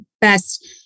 best